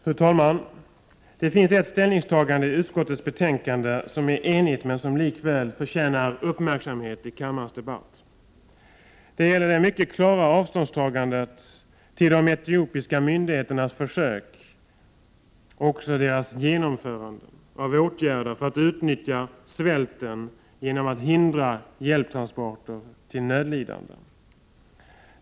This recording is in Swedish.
Fru talman! Det finns ett ställningstagande i utskottets betänkande som är enigt men som likväl förtjänar uppmärksamhet i kammarens debatt. Det gäller det mycket klara avståndstagandet från de etiopiska myndigheternas försök att utnyttja svälten genom att hindra hjälptransporter till nödlidande.